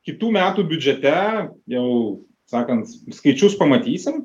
kitų metų biudžete jau sakant skaičius pamatysim